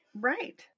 Right